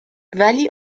ولی